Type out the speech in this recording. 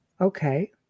Okay